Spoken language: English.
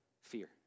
Fear